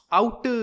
out